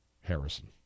Harrison